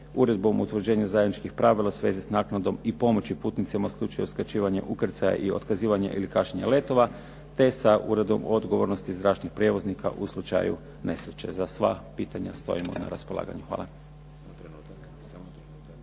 Uredbom o utvrđenju zajedničkih pravila u svezi s naknadom i pomoći putnicima u slučaju uskraćivanja ukrcaja i otkazivanja i otkazivanja ili kašnjenja letova, te sa Uredbom o odgovornosti zračnih prijevoznika u slučaju nesreće. Za sva pitanja stojimo na raspolaganju. Hvala.